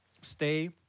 stay